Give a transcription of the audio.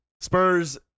Spurs